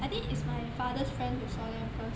I think is my father's friend who saw them first